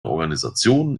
organisationen